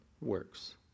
works